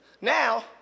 now